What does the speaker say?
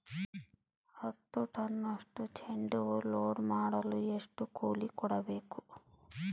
ಹತ್ತು ಟನ್ನಷ್ಟು ಚೆಂಡುಹೂ ಲೋಡ್ ಮಾಡಲು ಎಷ್ಟು ಕೂಲಿ ಕೊಡಬೇಕು?